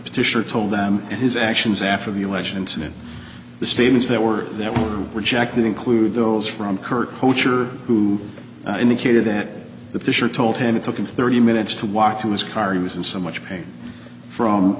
petitioner told them and his actions after the election incident the statements that were that were rejected include those from kurt poacher who indicated that the fisher told him it took him thirty minutes to walk to his car he was in so much pain from